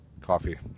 coffee